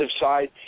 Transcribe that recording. side